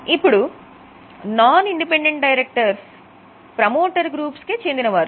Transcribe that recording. ఇప్పుడు non independent directors కి చెందినవారు